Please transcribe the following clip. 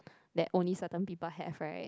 that only certain people have [right]